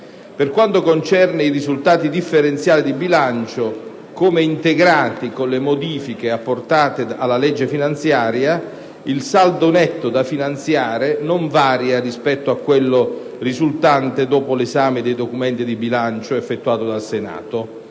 Per quanto concerne i risultati differenziali di bilancio, come integrati con le modifiche apportate alla legge finanziaria, il saldo netto da finanziare non varia rispetto a quello risultante dopo l'esame dei documenti di bilancio effettuato dal Senato.